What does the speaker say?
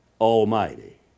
almighty